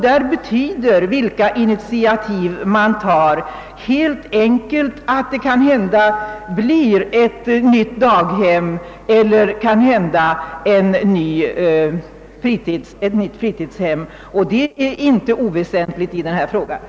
Där betyder sålunda de initiativ man tar att det kan bli ett nytt daghem eller ett nytt fritidshem — och det är ingalunda oväsentligt i dessa sammanhang!